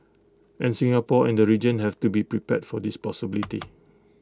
and Singapore and the region have to be prepared for this possibility